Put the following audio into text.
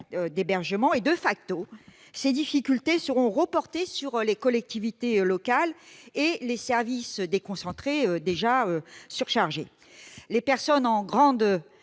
d'hébergement et,, ces difficultés seront reportées sur les collectivités locales et les services déconcentrés, déjà surchargés. Les personnes en grande